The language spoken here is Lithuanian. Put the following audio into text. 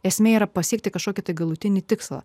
esmė yra pasiekti kažkokį galutinį tikslą